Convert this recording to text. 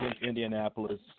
Indianapolis